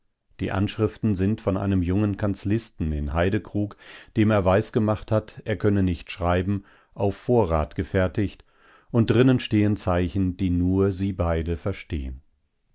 die aufschriften sind von einem jungen kanzlisten in heydekrug dem er weisgemacht hat er könne nicht schreiben auf vorrat gefertigt und drinnen stehen zeichen die nur sie beide verstehen